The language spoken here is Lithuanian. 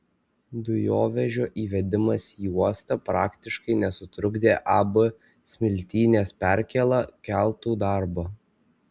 dujovežio įvedimas į uostą praktiškai nesutrukdė ab smiltynės perkėla keltų darbo